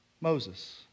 Moses